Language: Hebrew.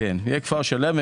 כן, יהיה כפר שלם.